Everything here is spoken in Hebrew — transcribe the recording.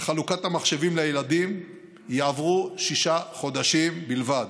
לחלוקת המחשבים לילדים יעברו שישה חודשים בלבד,